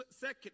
second